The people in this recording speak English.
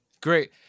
Great